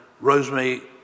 Rosemary